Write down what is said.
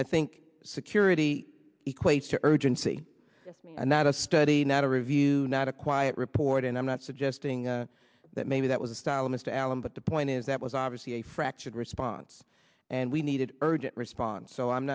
i think security equates to urgency and that a study not a review not a quiet report and i'm not suggesting that maybe that was a style mr allen but the point is that was obviously a fractured response and we needed urgent response so i'm